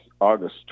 August